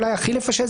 הכי לפשט,